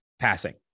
passing